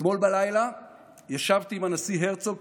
אתמול בלילה ישבתי עם הנשיא הרצוג,